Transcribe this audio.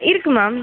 இருக்குது மேம்